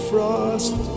Frost